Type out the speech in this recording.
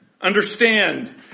understand